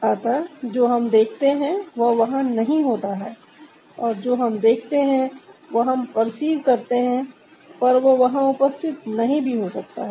अतः जो हम देखते हैं वह वहां नहीं होता है जो हम देखते हैं वह हम पर्सीव करते हैं पर वह वहां उपस्थित नहीं भी हो सकता है